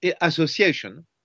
association